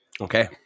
Okay